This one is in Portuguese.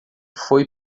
foi